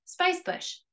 spicebush